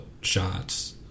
shots